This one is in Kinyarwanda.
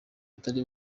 atari